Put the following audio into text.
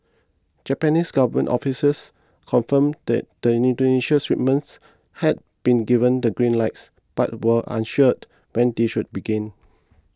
Japanese government officials confirmed that the Indonesian shipments had been given the green lights but were unsure when they should begin